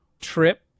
Trip